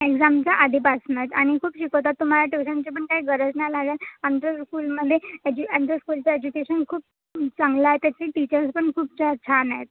एक्सामच्या आधीपासूनच आणि खूप शिकवतात तुम्हाला टयूशनची पण काही गरज नाही लागेल आमचं स्कूलमध्ये ह्याची आमचं स्कूलचं एज्युकेशन खूप चांगलं आहे त्याची टीचर्स पण खूप जास्त छान आहेत